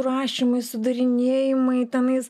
rašymai sudarinėjimai tenais